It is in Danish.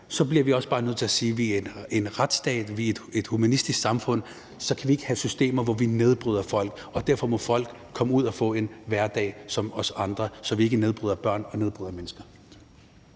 i, bliver vi også bare nødt til at sige, at når vi er en retsstat, og når vi er et humanistisk samfund, så kan vi ikke have systemer, hvor vi nedbryder folk. Derfor må folk komme ud og få en hverdag som os andre, så vi ikke nedbryder mennesker,